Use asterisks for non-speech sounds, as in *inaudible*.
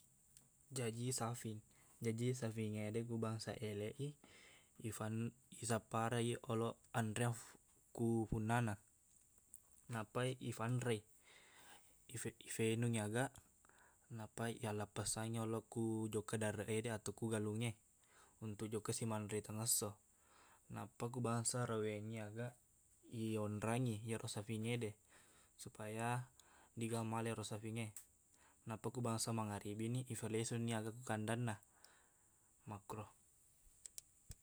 Jaji safing jaji safingngede ko bangsa eleq i ifan- isappareng i oloq anreang *noise* ku punnana nappai ifanrei ife- ifenungngi aga nappa iyallappessang yoloq ku jokka dareq ede ato ku galung e untuk jokkasi manre tangasso nappa ku bangsa arewengngi aga iyonrangngi iyero safingngede supaya diqga malai ero safingnge nappa ku bangsa mangaribini ifalesuni aga ko kandanna makkoro *noise*